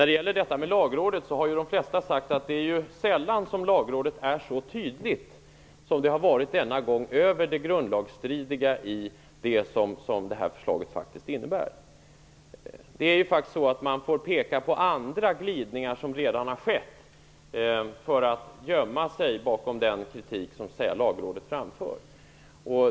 De flesta har sagt att Lagrådet sällan är så tydligt som det har varit denna gång när det gäller det grundlagsstridiga i det som detta förslag innebär. Man får peka på andra glidningar som redan har skett för att gömma sig bakom den kritik som Lagrådet framför.